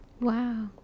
Wow